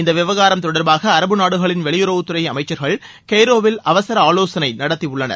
இந்த விவகாரம் தொடர்பாக அரபு நாடுகளின் வெளியுறவுத்துறை அமைச்சர்கள் கெய்ரோவில் அவசர ஆலோசனை நடத்தியுள்ளனர்